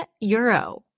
euro